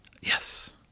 yes